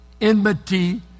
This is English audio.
enmity